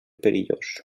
perillós